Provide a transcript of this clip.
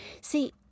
See